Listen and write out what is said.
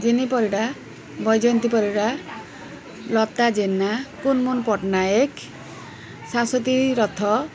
Jini Parida Baijayanti Parida Lata Jena Kunmun Pattanayak Shashwati Rath